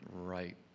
Right